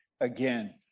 again